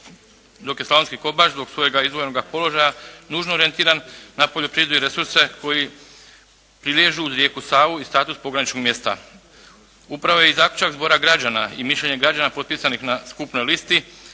dok je Slavonski Kobaš zbog svojeg izdvojenoga položaja nužno orijentiran na poljoprivredne resurse koji priliježu uz rijeku Savu i status pograničnog mjesta. Upravo je i zaključak Zbora građana i mišljenje građana potpisanih na skupnoj listi